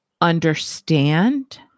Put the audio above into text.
understand